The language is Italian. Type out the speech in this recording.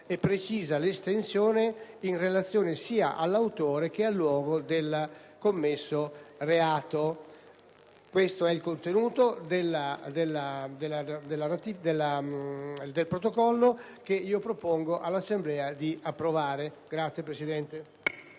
e precisa l'estensione in relazione sia all'autore, che al luogo del commesso reato. Questo è il contenuto della Convenzione che propongo all'Assemblea di approvare. PRESIDENTE.